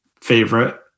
favorite